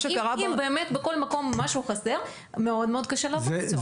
אם באמת בכל מקום משהו חסר מאוד קשה לעבוד בצורה כזאת.